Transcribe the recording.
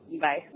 Bye